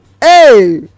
hey